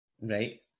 Right